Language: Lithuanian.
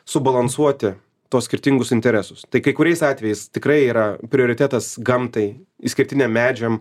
subalansuoti tuos skirtingus interesus tai kai kuriais atvejais tikrai yra prioritetas gamtai išskirtiniam medžiam